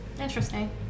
interesting